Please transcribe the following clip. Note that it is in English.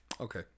okay